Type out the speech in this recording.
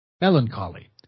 melancholy